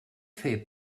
fer